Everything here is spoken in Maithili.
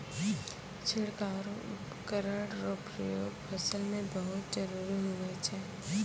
छिड़काव रो उपकरण रो प्रयोग फसल मे बहुत जरुरी हुवै छै